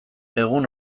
egun